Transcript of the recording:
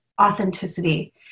authenticity